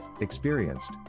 Experienced